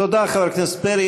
תודה, חבר הכנסת פרי.